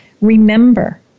Remember